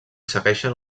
segueixen